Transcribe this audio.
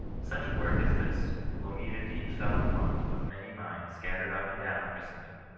such a work as this will meet a deep-felt want of many minds scattered up and down christendom.